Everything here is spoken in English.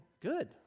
good